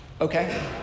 Okay